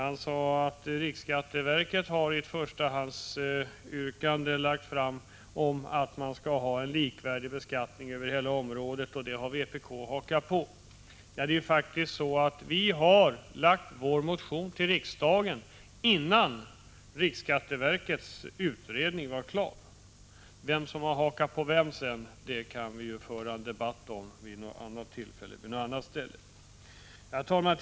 Han sade att riksskatteverket som förstahandsyrkande fört fram att det skall vara en likvärdig beskattning över hela området och att vpk hakat på där. Ja, det är faktiskt så att vi väckte vår motion i riksdagen innan riksskatteverkets utredning var klar. Vem som har hakat på vem kan vi ju föra en debatt om vid något annat tillfälle och på någon annan plats. Herr talman!